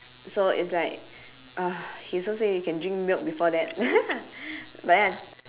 so it's like uh he also say you can drink milk before that but then I